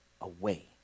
away